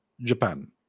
Japan